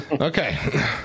Okay